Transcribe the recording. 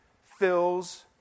fills